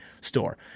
store